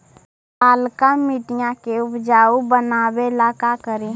लालका मिट्टियां के उपजाऊ बनावे ला का करी?